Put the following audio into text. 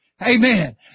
Amen